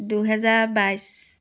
দুহেজাৰ বাইছ